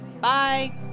Bye